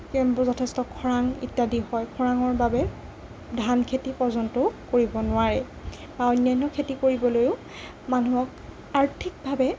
কেমবোৰ যথেষ্ট খৰাং ইত্যাদি হয় খৰাঙৰ বাবে ধান খেতি পৰ্যন্তও কৰিব নোৱাৰে বা অন্যান্য খেতি কৰিবলৈয়ো মানুহক আৰ্থিকভাৱে